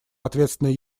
ответственный